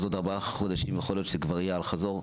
והמתנה ארוכה יכולה חלילה להביא למצב שהוא אל-חזור.